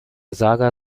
saga